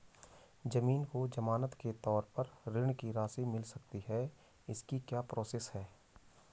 ज़मीन को ज़मानत के तौर पर ऋण की राशि मिल सकती है इसकी क्या प्रोसेस है?